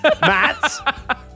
Matt